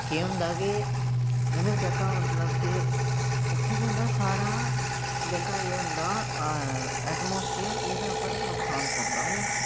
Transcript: केह् होंदा कि उनें जेह्का मतलब कि उत्थै केह् होंदा साढ़ा जेह्का एह् होंदा ऐटमासफेयर ऐह्दे उप्पर नुक्सान पौंदा